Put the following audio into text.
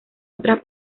otras